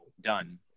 done